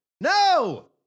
No